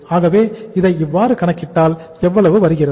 ஆகவே இதை இவ்வாறு கணக்கிட்டால் எவ்வளவு வருகிறது